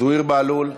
זוהיר בהלול,